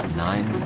nine